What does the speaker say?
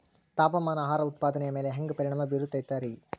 ತಾಪಮಾನ ಆಹಾರ ಉತ್ಪಾದನೆಯ ಮ್ಯಾಲೆ ಹ್ಯಾಂಗ ಪರಿಣಾಮ ಬೇರುತೈತ ರೇ?